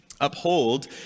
uphold